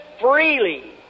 freely